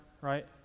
right